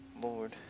lord